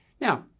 Now